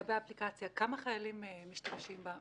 לגבי האפליקציה, כמה חיילים משתמשים בה?